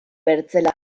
bertzela